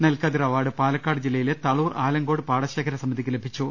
നെൽക്കതിർ award Palakkad ജില്ലയിലെ തളൂർ ആലങ്കോട് പാടശേഖര സമിതിക്ക് ലഭിച്ചു